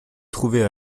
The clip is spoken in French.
trouvait